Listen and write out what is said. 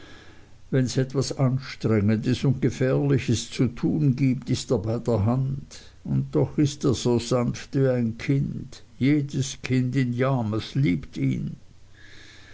wenns etwas anstrengendes und gefährliches zu tun gibt ist er bei der hand und doch ist er so sanft wie ein kind jedes kind in yarmouth liebt ihn